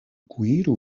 kuiru